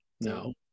No